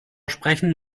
sprechen